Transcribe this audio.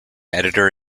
editor